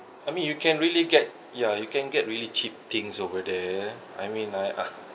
I mean you can really get ya you can get really cheap things over there I mean like ah